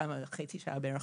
אני שואלת